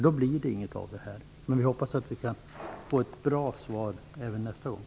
Då blir det inget av detta. Men jag hoppas att jag kan få ett bra svar även nästa gång.